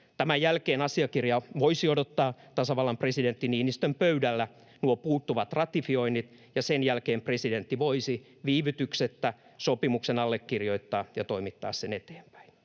Tämän jälkeen asiakirja voisi odottaa tasavallan presidentti Niinistön pöydällä nuo puuttuvat ratifioinnit, ja sen jälkeen presidentti voisi viivytyksettä allekirjoittaa sopimuksen ja toimittaa sen eteenpäin.